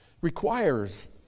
requires